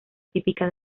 típica